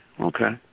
Okay